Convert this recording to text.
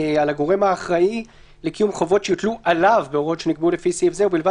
בדבר ההוראות שניתנו לפי דין לשם הגנה מפני